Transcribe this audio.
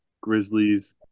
Grizzlies